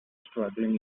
struggling